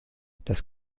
das